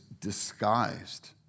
disguised